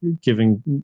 giving